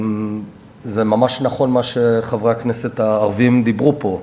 זה ממש נכון מה שחברי הכנסת הערבים אמרו פה: